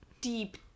deep